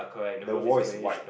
the wall is white